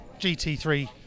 GT3